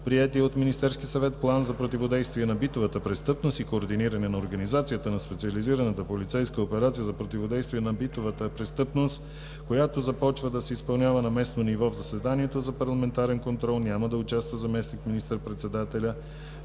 приетия от Министерския съвет План за противодействие на битовата престъпност и координиране на организацията на специализираната полицейска операция за противодействие на битовата престъпност, която започва да се изпълнява на местно ниво, в заседанието за парламентарен контрол няма да участва заместник министър-председателят